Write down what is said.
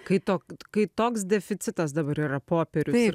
kai to kai toks deficitas dabar yra popierius